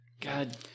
God